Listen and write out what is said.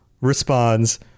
responds